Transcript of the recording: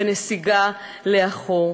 בנסיגה לאחור.